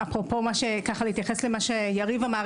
אפרופו הדברים שיריב אמר,